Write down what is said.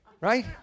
right